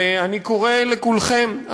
ואני קורא לכולכם,